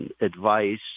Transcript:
advice